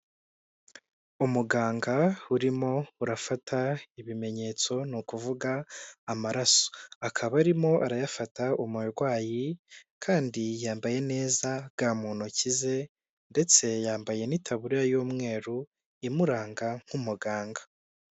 Umuganga urimo urafata ibimenyetso, ni ukuvuga amaraso, akaba arimo arayafata umurwayi kandi yambaye neza ga mu ntoki ze ndetse yambaye n'itaburariya y'umweru imuranga nk'umuganga.